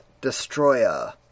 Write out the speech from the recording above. Destroyer